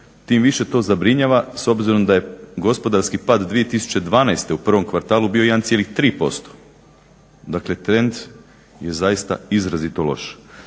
Tim više to zabrinjava s obzirom da je gospodarski pad 2012. u prvom kvartalu bio 1,3%, dakle trend je zaista izrazito loš.